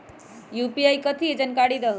UPI कथी है? जानकारी दहु